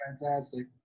Fantastic